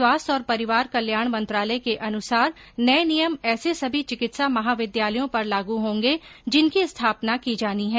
स्वास्थ्य और परिवार कल्याण मंत्रालय के अनुसार नए नियम ऐसे सभी चिकित्सा महाविद्यालयों पर लागू होंगे जिनकी स्थापना की जानी है